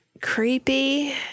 creepy